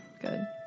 Good